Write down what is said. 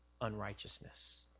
unrighteousness